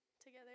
together